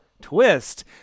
Twist